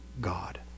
God